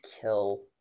kill